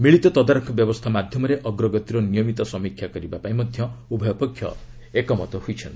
ମିଳିତ ତଦାରଖ ବ୍ୟବସ୍ଥା ମାଧ୍ୟମରେ ଅଗ୍ରଗତିର ନିୟମିତ ସମୀକ୍ଷା କରିବା ପାଇଁ ମଧ୍ୟ ଉଭୟ ପକ୍ଷ ଏକମତ ହୋଇଛନ୍ତି